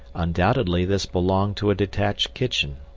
undoubtedly this belonged to a detached kitchen.